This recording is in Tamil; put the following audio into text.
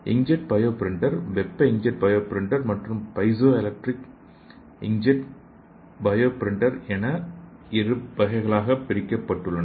இன்க்ஜெட் பயோ பிரிண்டர் வெப்ப இன்க்ஜெட் பயோ பிரிண்டர் மற்றும் piezo electric inkjet bio printer என இரண்டு வகைகளாக பிரிக்கப்பட்டுள்ளது